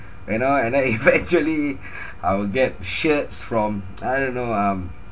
you know and then eventually I will get shirts from I don't know um